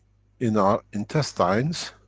in our intestines,